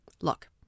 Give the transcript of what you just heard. Look